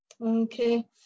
Okay